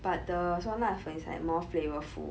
but the 酸辣粉 is like more flavourful